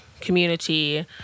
community